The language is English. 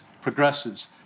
progresses